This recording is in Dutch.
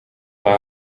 naar